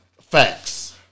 facts